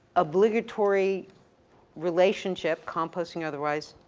obligatory relationship, compost and otherwise,